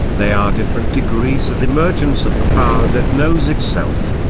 they are different degrees of emergence of the power that knows itself.